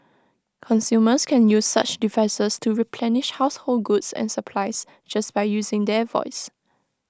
consumers can use such devices to replenish household goods and supplies just by using their voice